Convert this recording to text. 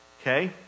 Okay